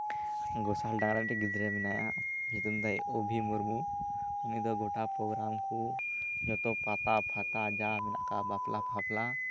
ᱜᱚᱥᱟᱞ ᱰᱟᱝᱜᱟ ᱨᱮᱱ ᱢᱤᱫᱴᱮᱱ ᱜᱤᱫᱽᱨᱟᱹ ᱢᱮᱱᱟᱭᱟ ᱧᱩᱛᱩᱢ ᱛᱟᱭ ᱚᱵᱷᱤ ᱢᱩᱨᱢᱩ ᱩᱱᱤ ᱫᱚ ᱜᱚᱴᱟ ᱯᱨᱳᱜᱨᱟᱢ ᱠᱚ ᱡᱚᱛᱚ ᱯᱟᱛᱟᱼᱯᱷᱟᱛᱟ ᱡᱟ ᱢᱮᱱᱟᱜ ᱟᱠᱟᱫ ᱵᱟᱯᱞᱟᱼᱯᱷᱟᱯᱞᱟ